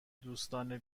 دوستانه